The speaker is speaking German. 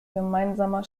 gemeinsamer